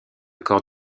corps